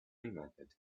invented